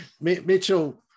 Mitchell